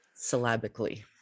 Syllabically